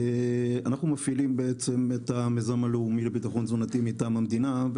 אנחנו מפעילים את המיזם הלאומי לביטחון תזונתי מטעם המדינה,